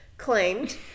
claimed